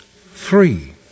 three